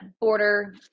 border